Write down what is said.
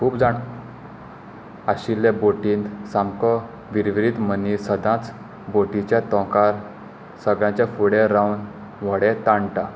खूब जाण आशिल्ले बोटींत सामको विरविरीत मनीस सदांच बोटिच्या तोंकार सगळ्यांच्या फुडें रावन व्हडें ताणटा